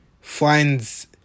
finds